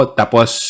tapos